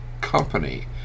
company